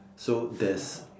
so there's